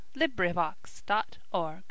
LibriVox.org